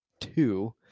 two